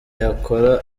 yakora